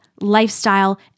lifestyle